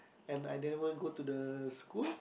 and I never go to the school